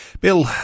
Bill